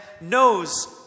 knows